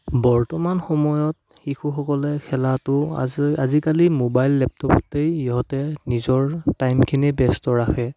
বৰ্তমান সময়ত শিশুসকলে খেলাটো আজি আজিকালি মোবাইল লেপটেপটেই ইহঁতে নিজৰ টাইমখিনি ব্যস্ত ৰাখে